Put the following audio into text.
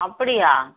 அப்படியா